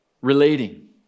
relating